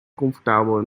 comfortabel